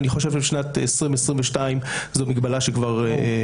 אני חושב שבשנת 2022 זו מגבלה שכבר לא מתאימה.